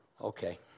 Okay